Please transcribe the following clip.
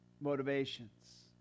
motivations